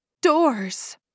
doors